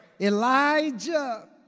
Elijah